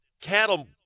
cattle